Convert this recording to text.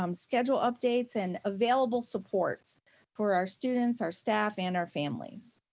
um schedule updates and available supports for our students, our staff and our families.